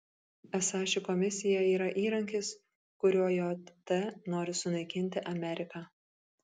esą ši komisija yra įrankis kuriuo jt nori sunaikinti ameriką